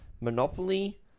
Monopoly